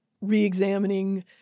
re-examining